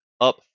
up